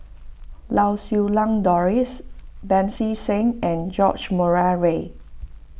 Lau Siew Lang Doris Pancy Seng and George Murray Reith